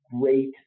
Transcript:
great